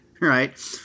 right